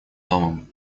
домом